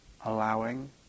allowing